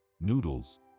noodles